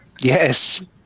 Yes